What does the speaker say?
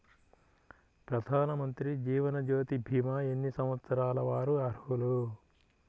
ప్రధానమంత్రి జీవనజ్యోతి భీమా ఎన్ని సంవత్సరాల వారు అర్హులు?